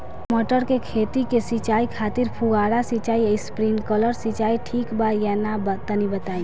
मटर के खेती के सिचाई खातिर फुहारा सिंचाई या स्प्रिंकलर सिंचाई ठीक बा या ना तनि बताई?